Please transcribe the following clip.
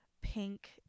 pink